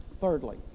Thirdly